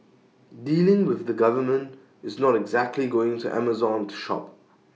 dealing with the government is not exactly going to Amazon to shop